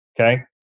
Okay